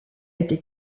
été